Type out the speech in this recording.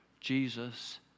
Jesus